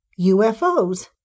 UFOs